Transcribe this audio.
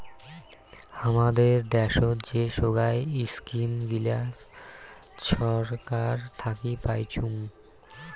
হামাদের দ্যাশোত যে সোগায় ইস্কিম গিলা ছরকার থাকি পাইচুঙ